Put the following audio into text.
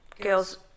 girls